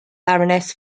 baroness